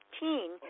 15